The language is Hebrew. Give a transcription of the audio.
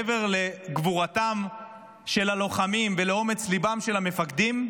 מעבר לגבורתם של הלוחמים ולאומץ ליבם של המפקדים,